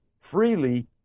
freely